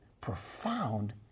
profound